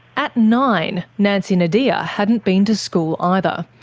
at nine nancy nodea hadn't been to school either.